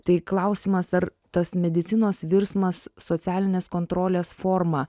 tai klausimas ar tas medicinos virsmas socialinės kontrolės forma